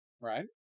right